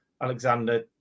alexander